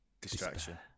distraction